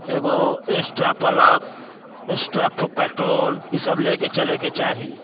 एगो extra plug extra petrol ई सब लेके चलेके चाही